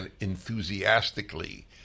enthusiastically